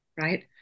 right